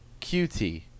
QT